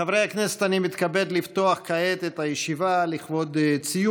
חברי הכנסת, אני מתכבד לפתוח כעת את הישיבה לציון